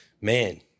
Man